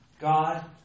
God